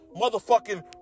motherfucking